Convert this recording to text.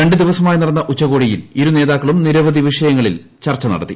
രണ്ട് ദിവസമായി നടന്ന ഉച്ചകോടിയിൽ ഇരുന്തോക്കളും നിരവധി വിഷയങ്ങളിൽ ചർച്ചകൾ നടത്തി